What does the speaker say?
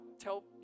tell